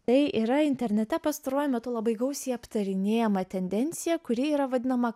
tai yra internete pastaruoju metu labai gausiai aptarinėjama tendencija kuri yra vadinama